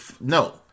no